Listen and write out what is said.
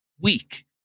weak